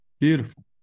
Beautiful